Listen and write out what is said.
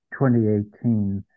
2018